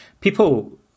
People